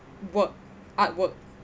work art work